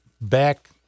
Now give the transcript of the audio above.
back